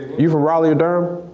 you from raleigh or durham?